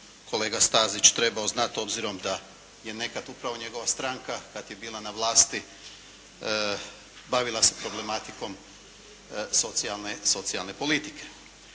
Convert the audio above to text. kolega Stazić trebao znati obzirom da je nekad upravo njegova stranka kad je bila na vlasti bavila se problematikom socijalne politike.